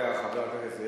חברת הכנסת חנין